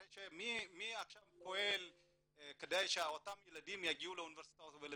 הרי מי עכשיו פועל כדי שאותם ילדים יגיעו לאוניברסיטאות ולמכללות?